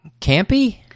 campy